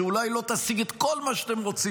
שאולי לא תשיג את כל מה שאתם רוצים,